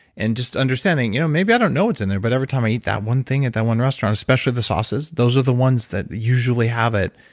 and just understanding, you know maybe i don't know what's in there, but every time i eat that one thing at that one restaurant especially the sauces, those are the ones that usually have it.